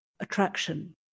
attraction